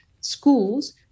schools